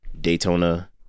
Daytona